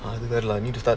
அதுவேற:athu vera lah